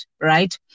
right